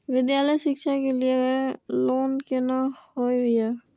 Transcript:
विद्यालय शिक्षा के लिय लोन केना होय ये?